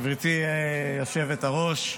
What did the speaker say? גברתי היושבת-ראש.